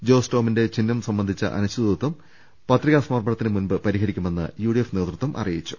ജോസ് ടോമിന്റെ ചിഹ്നം സംബന്ധി ച്ച അനിശ്ചിതത്വം പത്രികാസമർപ്പണത്തിനു മുമ്പ് പരിഹരിക്കുമെ ന്ന് യുഡിഎഫ് നേതൃത്വം അറിയിച്ചു